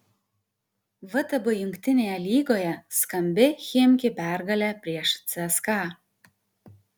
vtb jungtinėje lygoje skambi chimki pergalė prieš cska